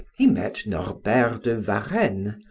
he met norbert de varenne,